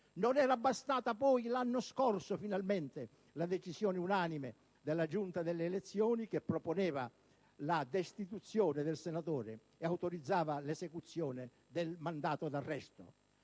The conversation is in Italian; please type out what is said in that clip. Non era bastata poi, l'anno scorso, finalmente la decisione unanime della Giunta delle elezioni che proponeva la destituzione del senatore e autorizzava l'esecuzione del mandato d'arresto.